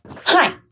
Hi